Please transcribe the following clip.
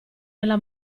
nella